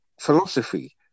philosophy